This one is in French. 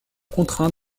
contraint